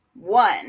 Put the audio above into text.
one